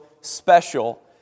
special